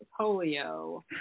polio